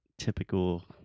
typical